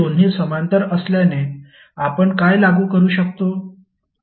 हे दोन्ही समांतर असल्याने आपण काय लागू करू शकतो